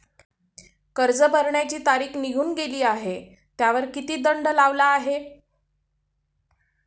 कर्ज भरण्याची तारीख निघून गेली आहे त्यावर किती दंड लागला आहे?